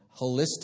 holistic